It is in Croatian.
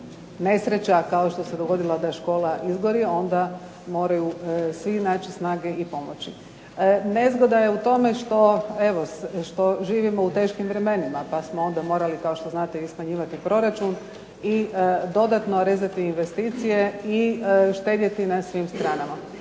nesreća kao što se dogodilo da škola izgori, onda moraju svi naći snage i pomoći. Nezgoda je u tome što živimo u teškim vremenima, pa smo onda morali kao što znate i smanjivati proračun i dodatno rezati investicije i štedjeti na svim stranama.